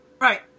right